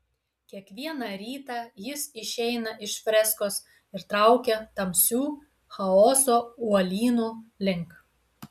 kiekvieną rytą jis išeina iš freskos ir traukia tamsių chaoso uolynų link